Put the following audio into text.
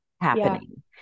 happening